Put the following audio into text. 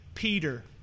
Peter